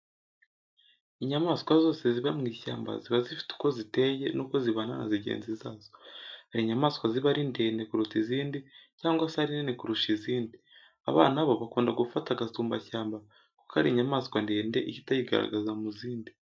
Inyamaswa zose ziba mu ishyamba ziba zifite uko ziteye nuko zibana na zigenzi zazo. Hari inyamaswa ziba ari ndende kuruta izindi cyangwa se ari nini kurusha izindi. Abana bo bagakunda gufata agasumbashyamba kuko aba ari inyamaswa ndende ihita yigaragaza mu zindi.